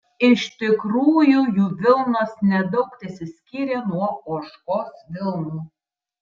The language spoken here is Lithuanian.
iš tikrųjų jų vilnos nedaug tesiskyrė nuo ožkos vilnų